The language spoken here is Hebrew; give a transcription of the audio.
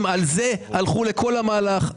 על זה הם הלכו לכל המהלך,